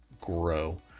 grow